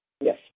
Yes